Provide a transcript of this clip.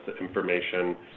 information